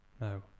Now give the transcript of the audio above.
No